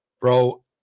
bro